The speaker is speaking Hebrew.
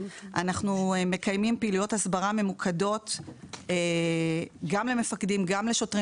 אנחנו מקיימים פעילויות הסברה ממוקדות גם למפקדים וגם לשוטרים.